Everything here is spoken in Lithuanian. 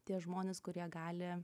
tie žmonės kurie gali